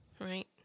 right